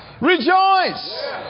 Rejoice